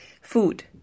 Food